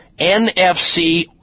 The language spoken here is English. NFC